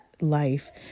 life